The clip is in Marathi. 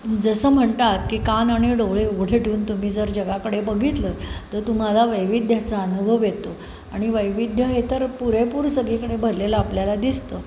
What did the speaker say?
जसं म्हणतात की कान आणि डोळे उघडे ठेऊन तुम्ही जर जगाकडे बघितलं तर तुम्हाला वैविध्याचा अनुभव येतो आणि वैविध्य हे तर पुरेपूर सगळीकडे भरलेलं आपल्याला दिसतं